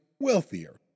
wealthier